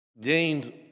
gained